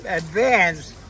advanced